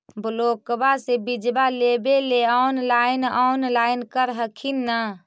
ब्लोक्बा से बिजबा लेबेले ऑनलाइन ऑनलाईन कर हखिन न?